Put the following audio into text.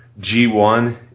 G1